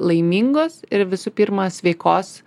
laimingos ir visų pirma sveikos